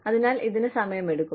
അതിനാൽ ഇതിന് സമയമെടുക്കും